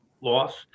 loss